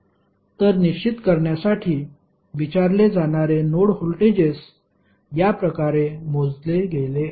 तर निश्चित करण्यासाठी विचारले जाणारे नोड व्होल्टेजेस या प्रकारे मोजले गेले आहेत